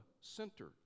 center